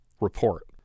report